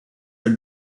are